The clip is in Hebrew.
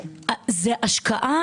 זה השקעה